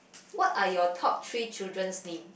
what are your top three children's name